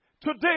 Today